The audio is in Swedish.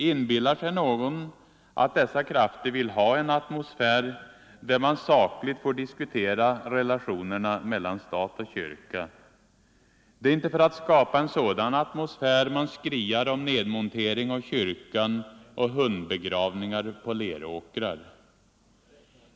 Inbillar sig någon att dessa krafter vill ha en atmosfär, där man sakligt får diskutera relationerna mellan stat och kyrka? Det är inte för att skapa en sådan atmosfär man skriar om nedmontering av kyrkan och hundbegravningar på leråkrar.